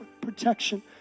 protection